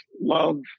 love